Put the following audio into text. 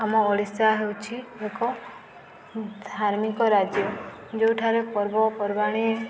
ଆମ ଓଡ଼ିଶା ହେଉଛି ଏକ ଧାର୍ମିକ ରାଜ୍ୟ ଯେଉଁଠାରେ ପର୍ବପର୍ବାଣି